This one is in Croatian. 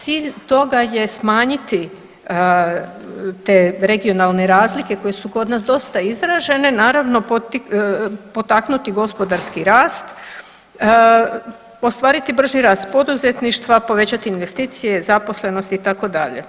Cilj toga je smanjiti te regionalne razlike koje su kod nas dosta izražene, naravno potaknuti i gospodarski rast, ostvariti brži rast poduzetništva, povećati investicije, zaposlenost itd.